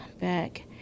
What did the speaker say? back